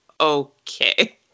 okay